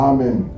Amen